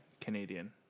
Canadian